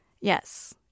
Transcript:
Yes